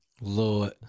Lord